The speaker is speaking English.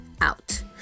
out